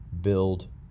build